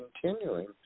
continuing